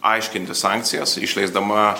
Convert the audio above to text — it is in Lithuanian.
aiškinti sankcijas išleisdama